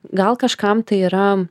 gal kažkam tai yra